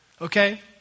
okay